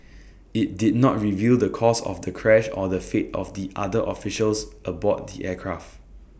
IT did not reveal the cause of the crash or the fate of the other officials aboard the aircraft